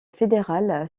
fédérale